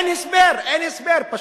אין הסבר, אין הסבר פשוט,